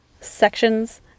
sections